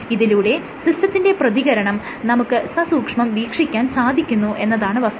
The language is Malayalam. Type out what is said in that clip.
ഇതിലൂടെ സിസ്റ്റത്തിന്റെ പ്രതികരണം നമുക്ക് സസൂക്ഷ്മം വീക്ഷിക്കാൻ സാധിക്കുന്നു എന്നതാണ് വസ്തുത